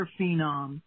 phenom